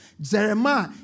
Jeremiah